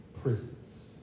prisons